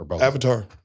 Avatar